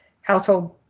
household